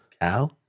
Cow